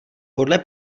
podle